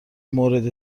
مورد